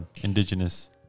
Indigenous